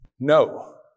No